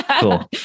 cool